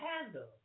handle